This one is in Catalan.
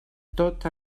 tot